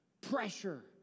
pressure